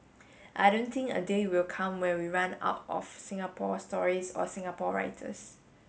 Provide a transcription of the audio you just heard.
I don't think a day will come where we run out of Singapore stories or Singapore writers